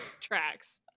tracks